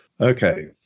Okay